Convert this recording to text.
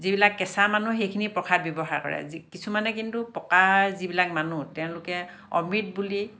যিবিলাক কেঁচা মানুহ সেইখিনি প্ৰসাদ ব্যৱহাৰ কৰে কিছুমানে কিন্তু পকা যিবিলাক মানুহ তেওঁলোকে অমৃত বুলি